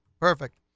Perfect